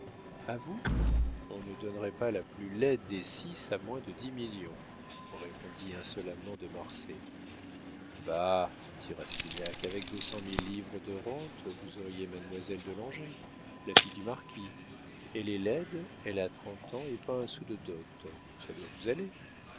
a vous on ne donnerait pas la plus laide des six à moins de dix millions répondit insolemment de marsay bah dit rastignac avec deux cent mille livres de rente vous auriez mademoiselle de langeais la fille du marquis elle est laide elle a trente ans et pas un sou de dot ça doit vous aller